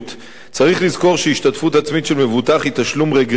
צריך לזכור שהשתתפות עצמית של מבוטח היא תשלום רגרסיבי אשר